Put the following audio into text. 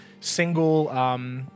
single